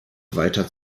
weiter